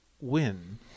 win